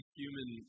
human